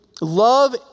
love